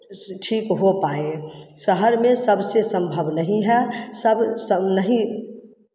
ठीक हो पाए शहर में सबसे संभव नहीं है सब सब नहीं